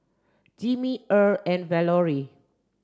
Jimmie Erle and Valorie